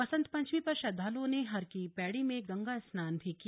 वसंत पंचमी पर श्रद्धालुओं ने हरकी पैड़ी में गंगा स्नान भी किया